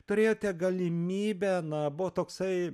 turėjote galimybę na buvo toksai